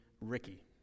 Ricky